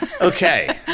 Okay